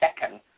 second